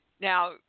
now